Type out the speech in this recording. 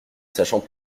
sachant